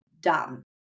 done